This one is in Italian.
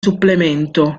supplemento